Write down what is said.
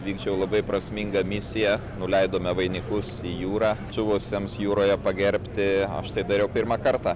vykdžiau labai prasmingą misiją nuleidome vainikus į jūrą žuvusiems jūroje pagerbti aš tai dariau pirmą kartą